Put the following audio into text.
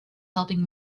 helping